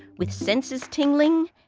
with senses tingling,